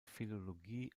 philologie